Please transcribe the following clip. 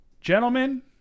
Gentlemen